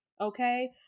okay